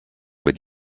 with